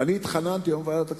אני התחננתי היום בוועדת הכספים: